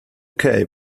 cave